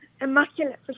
immaculate